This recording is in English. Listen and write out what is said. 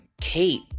Kate